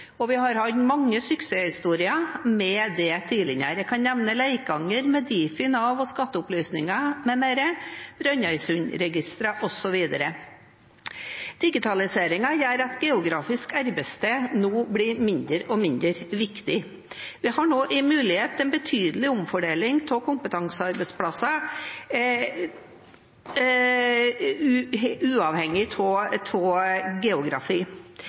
kommuner. Vi har hatt mange suksesshistorier med det tidligere. Jeg kan nevne Leikanger med Difi, Nav og Skatteopplysningen m.m., Brønnøysundregistrene osv. Digitaliseringen gjør at geografisk arbeidssted nå blir mindre og mindre viktig. Vi har nå mulighet til en betydelig omfordeling av kompetansearbeidsplasser, uavhengig av geografi.